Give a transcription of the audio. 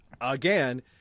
again